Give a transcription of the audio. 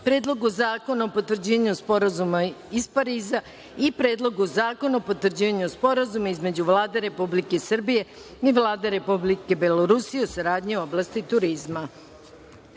Predlogu zakona o potvrđivanju Sporazuma iz Pariza i Predlogu zakona o potvrđivanju Sporazuma između Vlade Republike Srbije i Vlade Republike Belorusije o saradnji u oblasti turizma. Stavljam